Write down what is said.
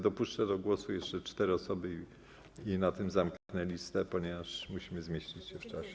Dopuszczę do głosu jeszcze cztery osoby i na tym zamknę listę, ponieważ musimy zmieścić się w czasie.